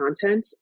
content